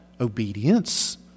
obedience